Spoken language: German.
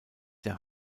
der